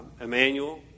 Emmanuel